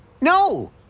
No